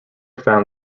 found